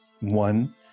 One